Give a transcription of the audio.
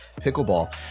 pickleball